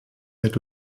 jahr